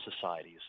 societies